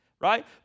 right